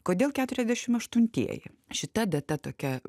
kodėl keturiasdešim aštuntieji šita data tokia